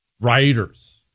Writers